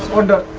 and